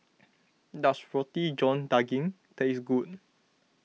does Roti John Daging taste good